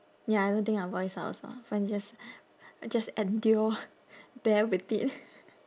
ya I don't think I'll voice out also fine just just endure bear with it